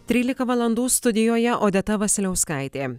trylika valandų studijoje odeta vasiliauskaitė